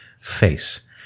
face